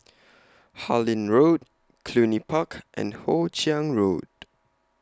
Harlyn Road Cluny Park and Hoe Chiang Road